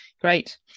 great